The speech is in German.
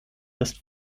ist